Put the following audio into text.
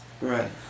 Right